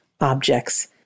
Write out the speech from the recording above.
objects